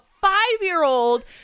five-year-old